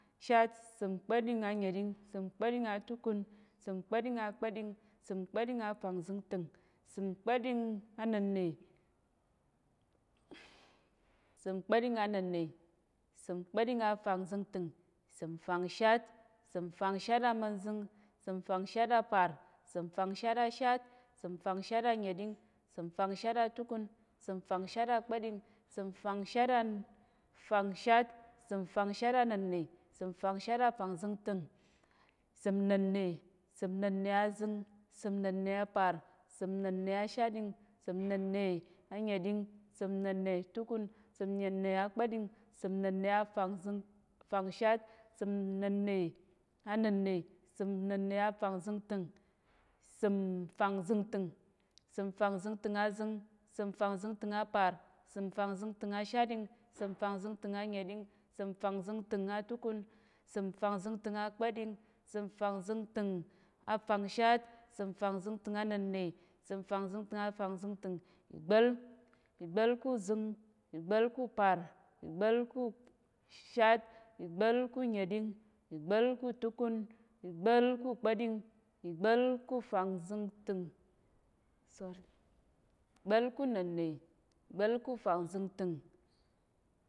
Shat, səm kpa̱ɗing a nyeɗing, səm kpa̱ɗing a túkún, səm kpa̱ɗing a kpaɗing, səm kpa̱ɗing a fangzingtəng, səm kpa̱ɗing a nənnə, səm kpa̱ɗing a nənnə, səm kpa̱ɗing a fangzingtəng, səm fangshát, səm fangshát amen zing, səm fangshát apar, səm fangshát ashát, səm fangshát a nyeding, səm fangshát a túkun, səm fangshát a kpaɗing, səm fangshát a- fangshát, səm fangshát a nənne, səm fangshát a fangzingtəng, səm nənne, səm nənne azing, səm nənne apa̱r, səm nənne ashaɗing, səm nənne a nyeɗing, səm nənne túkun, səm nənne a kpaɗing, səm nənne afangzing fangshát, səm nənne a nənne, səm nənne a afangzəngtəng, səm fangzinting, səm fangzinting azing, səm fangzəngtəng apa̱r, səm fanzingting asháding, səm fangzəngtəng a nyeɗing, səm fangzinting a túkun, səm fangzəngtəng a kpaɗing, səm fangzəngtəng a fangshát, səm fangzəngtəng a nənne, səm fangzəngtəng a fangzəngtəng, igba̱l, igba̱l ku zəng, igba̱l ku pa̱r, igba̱l ku shaɗ, igba̱l ku nyeɗing, igba̱l ku túkun, igba̱l ku kpaɗing, igba̱l ku fangzəngtəng, igba̱l ku nənne, igba̱l ku fanzəngtəng